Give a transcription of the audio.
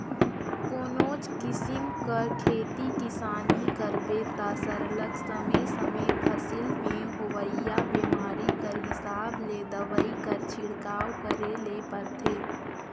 कोनोच किसिम कर खेती किसानी करबे ता सरलग समे समे फसिल में होवइया बेमारी कर हिसाब ले दवई कर छिड़काव करे ले परथे